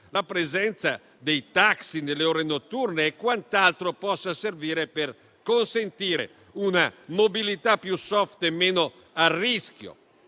la presenza dei taxi nelle ore notturne e quant'altro possa servire per consentire una mobilità più *soft* e meno a rischio.